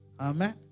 Amen